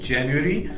January